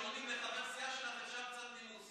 כשעונים לחבר סיעה שלך אפשר קצת נימוס.